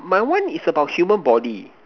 my one is about human body